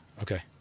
Okay